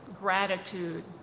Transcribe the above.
gratitude